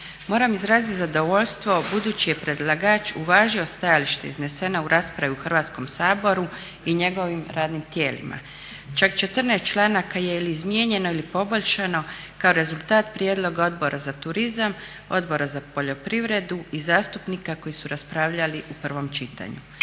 Moram izraziti zadovoljstvo budući je predlagač uvažio stajalište izneseno u raspravi u Hrvatskom saboru i njegovim radnim tijelima. Čak 14 članaka je ili izmijenjeno ili poboljšano kao rezultat prijedloga Odbora za turizam, Odbora za poljoprivredu i zastupnika koji su raspravljali u prvom čitanju.